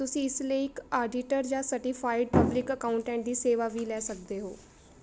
ਤੁਸੀਂ ਇਸ ਲਈ ਇੱਕ ਆਡੀਟਰ ਜਾਂ ਸਰਟੀਫਾਈਡ ਪਬਲਿਕ ਅਕਾਊਂਟੈਂਟ ਦੀ ਸੇਵਾ ਵੀ ਲੈ ਸਕਦੇ ਹੋ